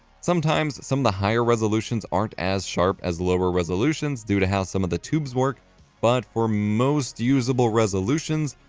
sometimes some of the higher resolutions aren't as sharp as lower resolutions due to how some of the tubes work but for most usable resolutions,